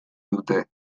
dute